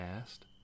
asked